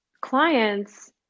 clients